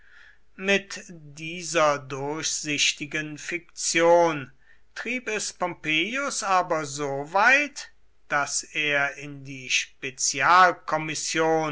mit dieser durchsichtigen fiktion trieb es pompeius aber so weit daß er in die